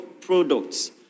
products